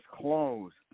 closed